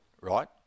right